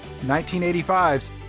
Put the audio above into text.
1985's